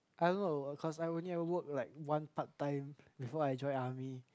I know of course I only work like one part time before I join army